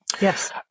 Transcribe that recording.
Yes